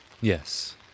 Yes